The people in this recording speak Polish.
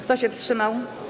Kto się wstrzymał?